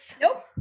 Nope